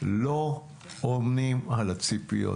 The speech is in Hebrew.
לא עונים על הציפיות.